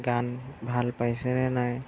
গান ভাল পাইছেনে নাই